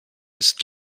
ist